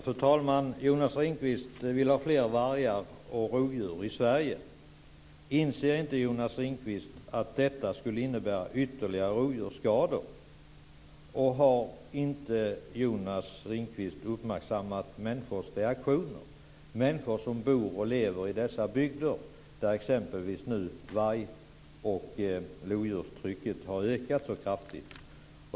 Fru talman! Jonas Ringqvist vill ha fler vargar och rovdjur i Sverige. Inser inte Jonas Ringqvist att detta skulle innebära ytterligare rovdjursskador? Och har inte Jonas Ringqvist uppmärksammat människors reaktioner, människor som bor och lever i dessa bygder där exempelvis varg och lodjurstrycket nu har ökat så kraftigt?